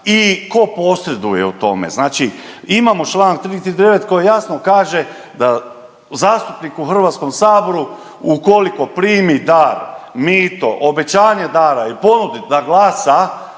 i tko posreduje u tome. Znači imamo čl. 339. koji jasno kaže da zastupnik u Hrvatskom saboru ukoliko primi dar, mito, obećanje dara i ponudi da glasa